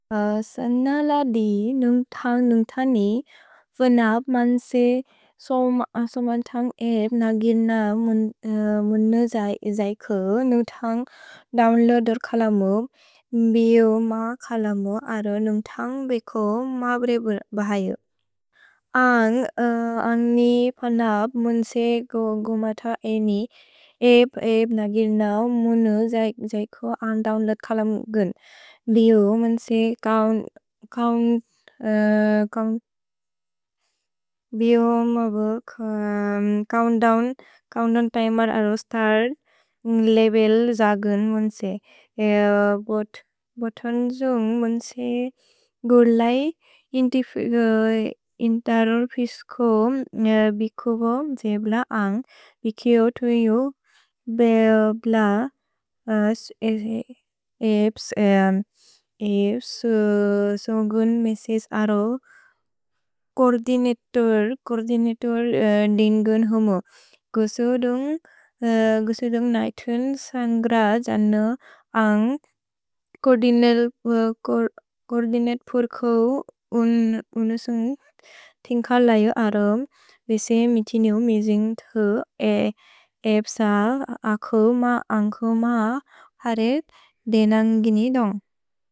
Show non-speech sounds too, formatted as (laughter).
सन लदि नुम्तन्ग् नुम्तनि, वनप् मन्से सोमन्तन्ग् एब् नगिल्न मुन्नु जैकु नुम्तन्ग् दोव्न्लोअदुर् कलमु, बिउ म कलमु अरो नुम्तन्ग् बेको म ब्रे बहयु। अन्ग् अनि वनप् मन्से गोगुमत अनि, एब् एब् नगिल्नौ मुन्नु जैकु अन्दोव्न्लोअद् कलमु गुन्, बिउ मन्से (hesitation) चोउन्त्दोव्न् तिमेर् अरो स्तर् लबेल् ज गुन् मन्से। ए बोतन् जुन्ग् मन्से गुलै इन्तरुल् फिस्कोम् बेको बोम् जे ब्ल अन्ग्, बेकेओ तुन्यु बे ब्ल एब् सोगुन् मेसेस् अरो कूर्दिनतोर् दिन् गुन् होमो। गुसुदुन्ग् नैतुन् सन्ग्र जनु अन्ग् (hesitation) कूर्दिनतोर् को उनुसुन्ग् तिन्ग्कल् लयु अरो, वेसे मितिनु मिसिन्ग् थु एब् स अखो म अन्खो म हरित् देनन्ग् गिनिदोन्ग्।